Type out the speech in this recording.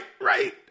Right